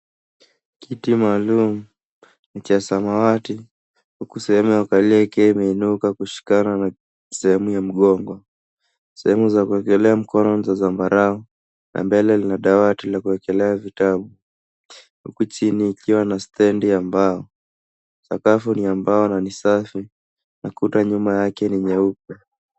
Kiti maalum cha samawati , huku sehemu ya kukalia ikiwa imeinuka kushikana na sehemu ya mgongo. Sehemu za kuwekelea mkono ni za zambarau na mbele lina dawati la kuwekelea vitabu huku chini kukiwa na stendi ya mbao. Sakafu ni ya mbao na ni safi na kuta nyuma yake ni nyeupe.